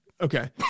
Okay